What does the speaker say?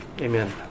Amen